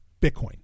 Bitcoin